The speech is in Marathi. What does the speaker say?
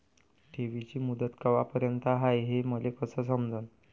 ठेवीची मुदत कवापर्यंत हाय हे मले कस समजन?